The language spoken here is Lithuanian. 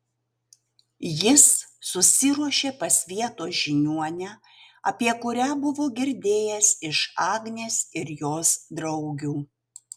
jis susiruošė pas vietos žiniuonę apie kurią buvo girdėjęs iš agnės ir jos draugių